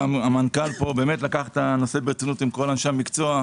גם המנכ"ל פה לקח את הנושא ברצינות עם כל אנשי המקצוע.